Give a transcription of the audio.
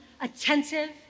attentive